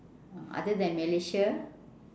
other than malaysia